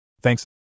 Thanks